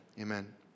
Amen